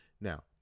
Now